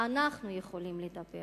אנחנו יכולים לדבר